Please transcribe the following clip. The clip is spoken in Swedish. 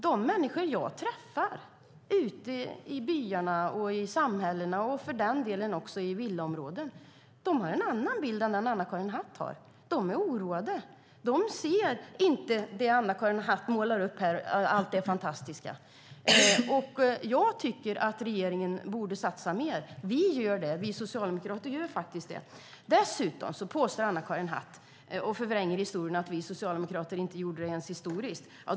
De människor som jag träffar ute i byarna, i samhällena och för den delen också i villaområdena har en annan bild än den som Anna-Karin Hatt har. De är oroade. De ser inte allt det fantastiska som Anna-Karin Hatt målar upp här. Jag tycker att regeringen borde satsa mer. Vi socialdemokrater gör faktiskt det. Dessutom förvränger Anna-Karin Hatt historien och påstår att vi socialdemokrater inte gjort det ens historiskt.